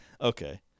Okay